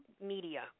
media